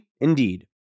Indeed